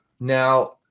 Now